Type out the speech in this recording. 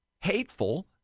hateful